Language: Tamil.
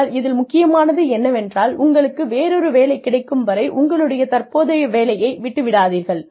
ஆனால் இதில் முக்கியமானது என்னவென்றால் உங்களுக்கு வேறொரு வேலை கிடைக்கும் வரை உங்களுடைய தற்போதைய வேலையை விட்டு விடாதீர்கள்